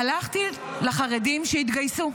הלכתי לחרדים שהתגייסו,